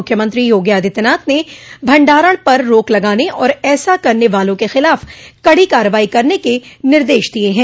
मुख्यमंत्री योगी आदित्यनाथ ने भंडारण पर रोक लगाने और ऐसा करने वालों के खिलाफ कड़ी कार्रवाई करने के निदेश दिए हैं